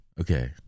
Okay